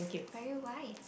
very white